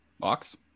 Box